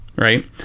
Right